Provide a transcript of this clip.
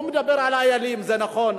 הוא מדבר על "איילים", זה נכון.